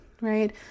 right